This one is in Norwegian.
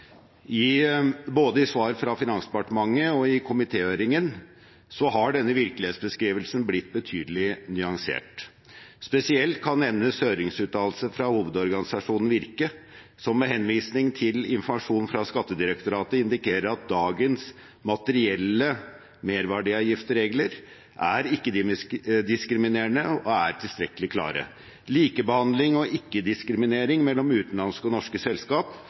Både i svar fra Finansdepartementet og i komitéhøringen har denne virkelighetsbeskrivelsen blitt betydelig nyansert. Spesielt kan nevnes høringsuttalelse fra Hovedorganisasjonen Virke, som med henvisning til informasjon fra Skattedirektoratet indikerer at dagens materielle merverdiavgiftsregler er ikke-diskriminerende og er tilstrekkelig klare. Likebehandling og ikke-diskriminering mellom utenlandske og norske